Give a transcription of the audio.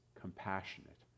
compassionate